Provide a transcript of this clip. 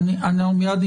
ולא רק זה,